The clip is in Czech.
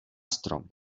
strom